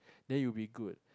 then it would be good